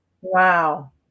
wow